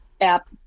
app